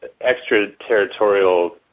extraterritorial